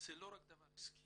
זה לא רק דבר עסקי,